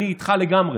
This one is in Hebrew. אני איתך לגמרי.